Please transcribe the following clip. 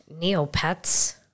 Neopets